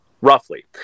roughly